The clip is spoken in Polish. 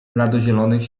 bladozielonych